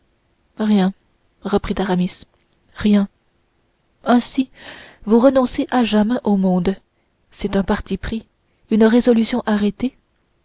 rien reprit aramis rien ainsi vous renoncez à jamais au monde c'est un parti pris une résolution arrêtée